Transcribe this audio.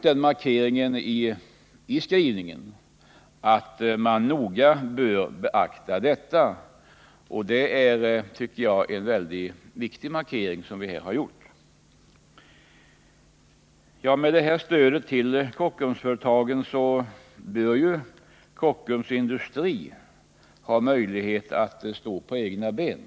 Den markeringen i skrivningen tycker jag är mycket viktig. Med detta stöd till Kockumsföretagen bör Kockums Industri ha möjlighet att stå på egna ben.